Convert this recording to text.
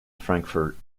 frankfurt